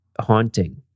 haunting